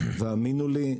והאמינו לי,